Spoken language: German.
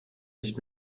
nicht